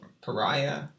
pariah